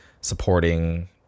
supporting